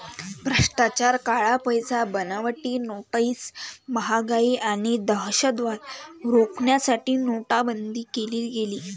भ्रष्टाचार, काळा पैसा, बनावटी नोट्स, महागाई आणि दहशतवाद रोखण्यासाठी नोटाबंदी केली गेली